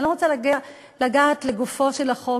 אני לא רוצה לגעת לגופו של החוק,